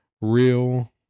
real